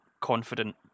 confident